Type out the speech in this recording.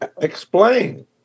Explain